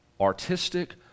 artistic